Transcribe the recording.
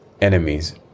enemies